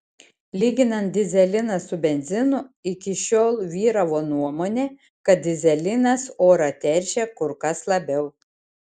lyginant dyzeliną su benzinu iki šiol vyravo nuomonė kad dyzelinas orą teršia kur kas labiau